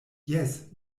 jes